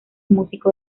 músico